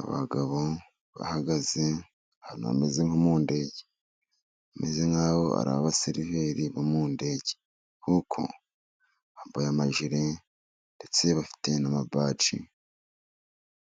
Abagabo bahagaze ahantu hameze nko mu ndege, bameze nk'aho ari abaseriveri bo mu ndege kuko bambaye amajire , ndetse bafite n'amabaji